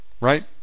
right